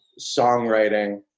songwriting